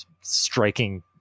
striking